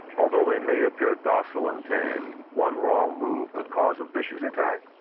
although they may appear docile and tame, one wrong move could cause a vicious attack.